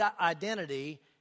identity